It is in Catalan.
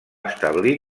establir